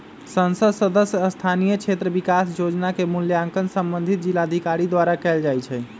संसद सदस्य स्थानीय क्षेत्र विकास जोजना के मूल्यांकन संबंधित जिलाधिकारी द्वारा कएल जाइ छइ